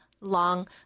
long